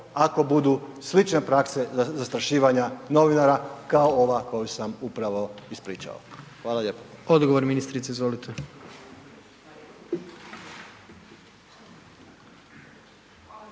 ako budu slične prakse zastrašivanja novinara kao ova koju sam upravo ispričao? Hvala lijepo? **Jandroković, Gordan